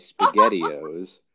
spaghettios